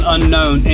Unknown